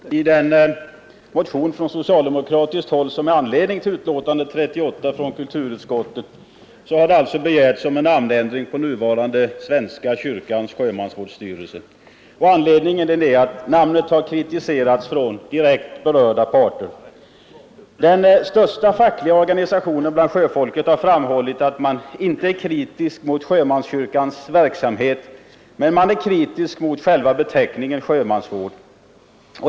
Herr talman! I den motion från socialdemokratiskt håll som behandlas i betänkandet nr 38 från kulturutskottet har det begärts en namnändring för nuvarande Svenska kyrkans sjömansvårdsstyrelse. An ledningen är att namnet kritiserats från direkt berörda parter. Den största fackliga organisationen bland sjöfolket har framhållit att man inte är kritisk mot sjömanskyrkans verksamhet men mot själva beteckningen sjömansvård.